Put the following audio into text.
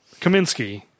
Kaminsky